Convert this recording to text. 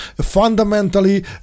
fundamentally